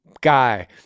guy